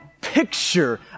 picture